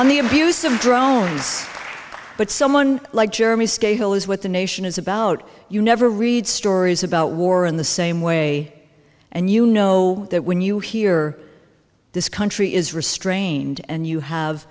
on the abuse of drones but someone like jeremy scahill is what the nation is about you never read stories about war in the same way and you know that when you hear this country is restrained and you have